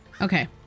Okay